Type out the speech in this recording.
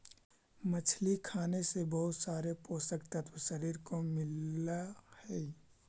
मछली खाने से बहुत सारे पोषक तत्व शरीर को मिलअ हई